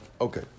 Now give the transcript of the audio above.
Okay